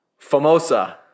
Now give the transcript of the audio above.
Famosa